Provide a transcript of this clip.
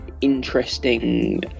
interesting